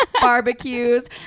barbecues